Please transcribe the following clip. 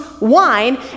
wine